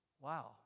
Wow